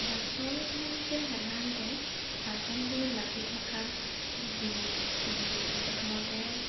বাচন ধোওঁতে সাধাৰণতে বাচনবোৰত লাগি থকা প্ৰথমতে